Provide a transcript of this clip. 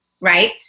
right